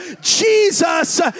Jesus